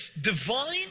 divine